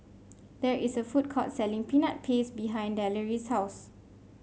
there is a food court selling Peanut Paste behind Deloris' house